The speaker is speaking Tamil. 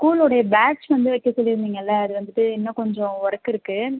ஸ்கூலோடைய பேட்ச் வந்து வைக்க சொல்லிருந்திங்கள்ல அது வந்துகிட்டு இன்னும் கொஞ்சம் ஒர்க் இருக்குது